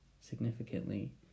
significantly